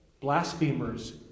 blasphemers